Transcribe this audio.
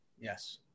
Yes